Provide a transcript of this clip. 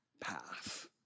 path